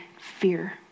fear